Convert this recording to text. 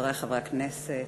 חברי חברי הכנסת,